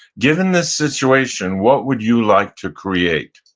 given this situation, what would you like to create?